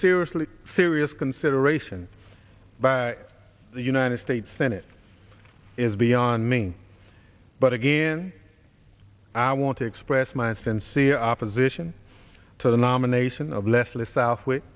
seriously serious consideration by the united states senate is beyond me but again i want to express my sincere opposition to the nomination of leslie south